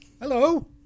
hello